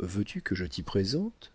veux-tu que je t'y présente